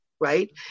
right